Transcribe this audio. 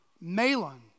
Malon